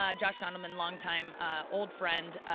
ah josh gondleman, long time old friend.